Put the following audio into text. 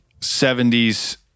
70s